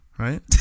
Right